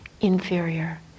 inferior